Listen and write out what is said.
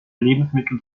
lebensmittel